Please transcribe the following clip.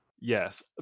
Yes